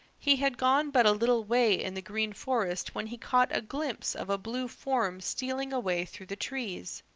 he had gone but a little way in the green forest when he caught a glimpse of a blue form stealing away through the trees.